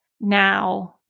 now